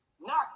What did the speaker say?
knock